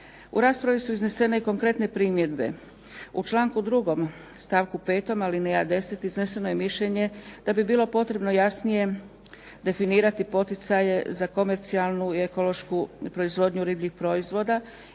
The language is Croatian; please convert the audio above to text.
U raspravi su iznesene konkretne primjedbe. U članku 2. stavku 5. alineja 10. izneseno je mišljenje da bi bilo potrebno jasnije definirati poticaje za komercijalnu i ekološku proizvodnju ribljih proizvoda